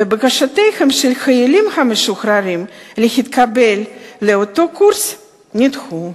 ובקשותיהם של חיילים משוחררים להתקבל לאותו קורס נדחו.